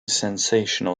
sensational